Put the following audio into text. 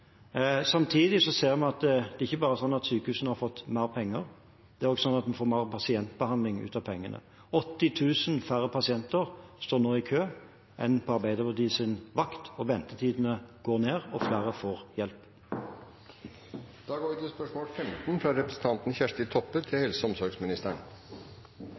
ser vi at det er ikke bare slik at sykehusene har fått mer penger, en får også mer pasientbehandling ut av pengene. 80 000 færre pasienter står nå i kø enn på Arbeiderpartiets vakt. Ventetidene går ned, og flere får